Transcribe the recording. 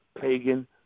pagan